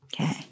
Okay